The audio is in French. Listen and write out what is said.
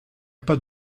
pas